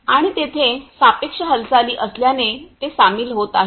आणि तेथे सापेक्ष हालचाली असल्याने ते सामील होत आहे